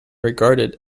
regarded